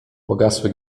pogasły